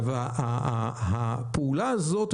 הפעולה הזאת,